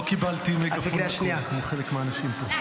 לא קיבלתי מגפון בקול כמו חלק מהאנשים פה.